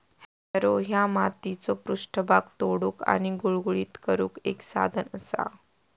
Harrow ह्या मातीचो पृष्ठभाग तोडुक आणि गुळगुळीत करुक एक साधन असा